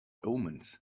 omens